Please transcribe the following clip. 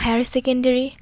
higher secondary